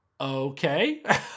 Okay